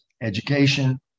education